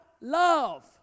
love